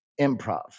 improv